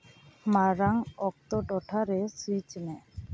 ᱢᱟᱲᱟᱝ ᱚᱠᱛᱚ ᱴᱚᱴᱷᱟᱨᱮ ᱥᱩᱭᱤᱪ ᱢᱮ